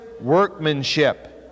workmanship